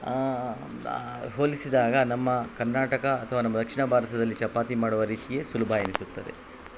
ಹೋಲಿಸಿದಾಗ ನಮ್ಮ ಕರ್ನಾಟಕ ಅಥ್ವಾ ನಮ್ಮ ದಕ್ಷಿಣ ಭಾರತದಲ್ಲಿ ಚಪಾತಿ ಮಾಡುವ ರೀತಿಯೇ ಸುಲಭ ಎನ್ನಿಸುತ್ತದೆ